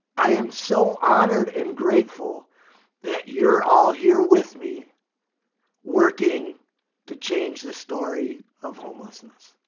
i am so honored and grateful that you're all here with me working to change the story of homelessness.